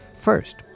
First